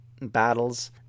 battles